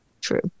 true